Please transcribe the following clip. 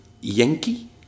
Yankee